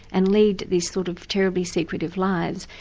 and lead these sort of terribly secretive lives,